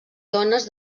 dones